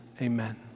amen